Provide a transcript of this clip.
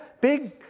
big